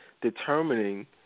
determining